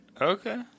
Okay